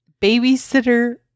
Babysitter